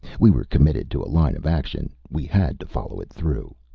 we were committed to a line of action. we had to follow it through.